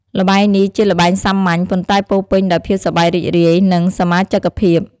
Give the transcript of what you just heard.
ល្បែងនេះជាល្បែងសាមញ្ញ ប៉ុន្តែពោរពេញដោយភាពសប្បាយរីករាយ និងសមាជិកភាព។